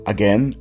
Again